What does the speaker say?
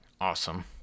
Awesome